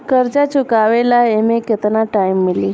कर्जा चुकावे ला एमे केतना टाइम मिली?